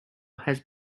has